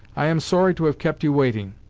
i am sorry to have kept you waiting.